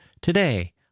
today